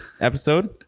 episode